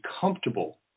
comfortable